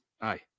aye